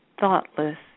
thoughtless